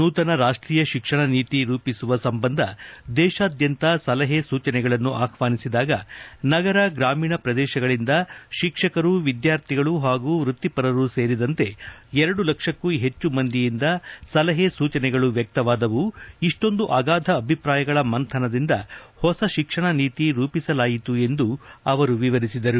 ನೂತನ ರಾಷ್ಟೀಯ ಶಿಕ್ಷಣ ನೀತಿ ರೂಪಿಸುವ ಸಂಬಂಧ ದೇಶಾದ್ಯಂತ ಸಲಹೆ ಸೂಚನೆಗಳನ್ನು ಆಹ್ವಾನಿಸಿದಾಗ ನಗರ ಗ್ರಾಮೀಣ ಪ್ರದೇಶಗಳಿಂದ ಶಿಕ್ಷಕರು ವಿದ್ಯಾರ್ಥಿಗಳು ಹಾಗೂ ವೃತ್ತಿಪರರು ಸೇರಿದಂತೆ ಎರಡು ಲಕ್ಷಕ್ಕೂ ಹೆಚ್ಚು ಮಂದಿಯಿಂದ ಸಲಹೆ ಸೂಚನೆಗಳು ವ್ಯಕ್ತವಾದವು ಇಷ್ಟೊಂದು ಅಗಾಧ ಅಭಿಪ್ರಾಯಗಳ ಮಂಥನದಿಂದ ಹೊಸ ಶಿಕ್ಷಣ ನೀತಿ ರೂಪಿಸಲಾಯಿತು ಎಂದು ಅವರು ವಿವರಿಸಿದರು